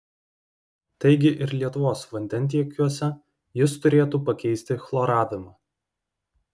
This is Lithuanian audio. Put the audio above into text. taigi ir lietuvos vandentiekiuose jis turėtų pakeisti chloravimą